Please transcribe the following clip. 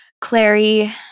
Clary